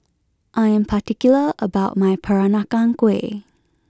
I am particular about my Peranakan Kueh